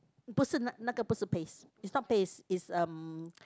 不是那个不是 paste is not paste is um